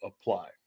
apply